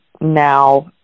now